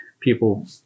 people